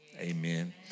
amen